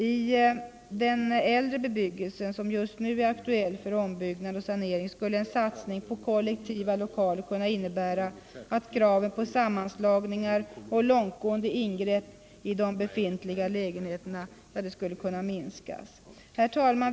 I den äldre bebyggelsen, som just nu är aktuell för ombyggnad och sanering, skulle en satsning på kollektiva lokaler kunna innebära att kraven på sammanslagningar och långtgående ingrepp i de befintliga lägenheterna minskas. Herr talman!